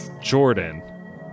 Jordan